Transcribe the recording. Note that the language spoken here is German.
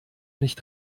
nicht